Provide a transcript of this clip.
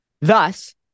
Thus